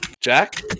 Jack